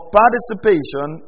participation